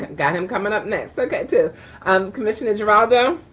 got him coming up next. okay, to um commissioner geraldo.